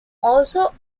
also